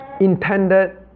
intended